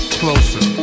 closer